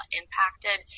impacted